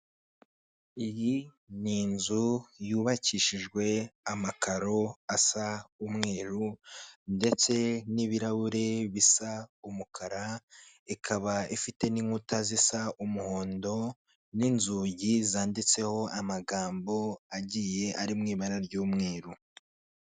Iyi ni inzu yubakishijwe amakaro asa umweru, ndetse n'ibirahure bisa umukara, ikaba ifite n'inkuta zisa umuhondo, n'inzugi zanditseho amagambo agiye ari mu ibara ry'umweru.